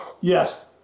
Yes